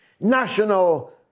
national